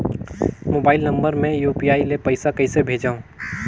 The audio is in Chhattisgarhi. मोबाइल नम्बर मे यू.पी.आई ले पइसा कइसे भेजवं?